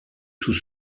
sous